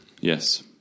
Yes